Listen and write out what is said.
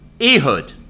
Ehud